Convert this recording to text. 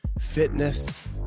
fitness